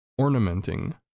ornamenting